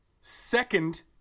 Second